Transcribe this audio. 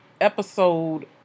episode